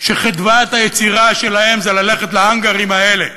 שחדוות היצירה שלהם זה ללכת להאנגרים האלה.